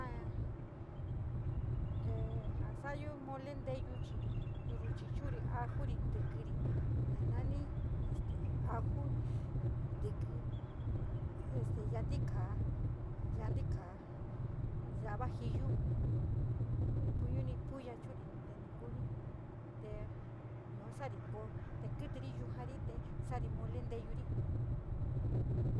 Te ja sabiyo mole nteyu chi chiru chu´uru aju chu´uri ntikiri, na nani te ajo, ntiki, yaá ntika, yaá ntika, ya´a vajillu, in puñuni puya chu´uri nu te ni kuní te yua sari ko te kítirí yajari te sari mole nteyuri.